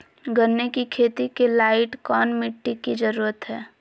गन्ने की खेती के लाइट कौन मिट्टी की जरूरत है?